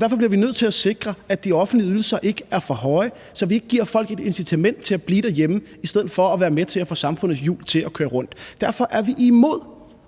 derfor bliver vi nødt til at sikre, at de offentlige ydelser ikke er for høje, så vi ikke giver folk et incitament til at blive derhjemme i stedet for at være med til at få samfundets hjul til at køre rundt. Derfor er vi imod